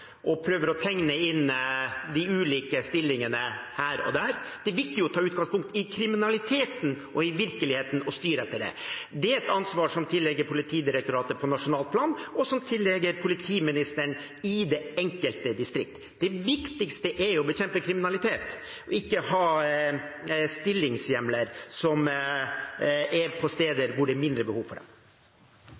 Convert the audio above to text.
og prøver å tegne inn de ulike stillingene her og der. Det er viktig å ta utgangspunkt i kriminaliteten og i virkeligheten og styre etter det. Det er et ansvar som tilligger Politidirektoratet på nasjonalt plan, og som tilligger politimesteren i det enkelte distrikt. Det viktigste er å bekjempe kriminalitet, ikke å ha stillingshjemler som er på steder hvor det er mindre behov for